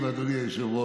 מכובדי ואדוני היושב-ראש,